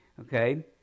Okay